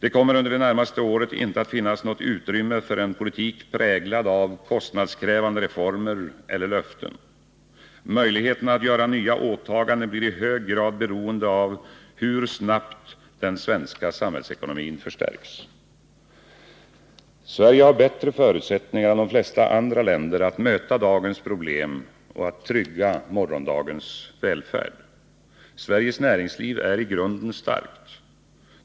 Det kommer under de närmaste åren inte att finnas något utrymme för en politik präglad av kostnadskrävande reformer eller löften. Möjligheterna att göra nya åtaganden blir i hög grad beroende av hur snabbt den svenska samhällsekonomin förstärks. Sverige har bättre förutsättningar än de flesta andra länder att möta dagens problem och att trygga morgondagens välfärd. Sveriges näringsliv är i grunden starkt.